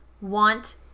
want